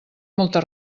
molta